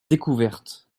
découvertes